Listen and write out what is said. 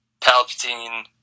Palpatine